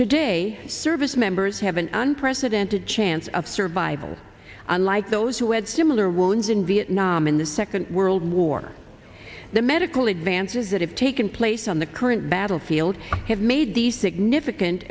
today service members have an unprecedented chance of survival unlike those who had similar wounds in vietnam in the second world war the medical advances that have taken place on the current battlefield have made these significant